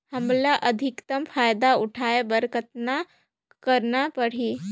हमला अधिकतम फायदा उठाय बर कतना करना परही?